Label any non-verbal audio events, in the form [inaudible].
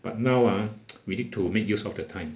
but now ah [noise] we need to make use of the time